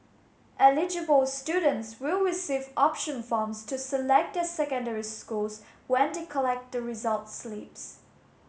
eligible students will receive option forms to select their secondary schools when they collect the results slips